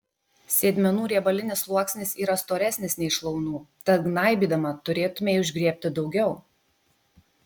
sėdmenų riebalinis sluoksnis yra storesnis nei šlaunų tad gnaibydama turėtumei užgriebti daugiau